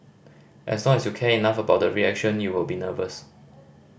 as long as you care enough about the reaction you will be nervous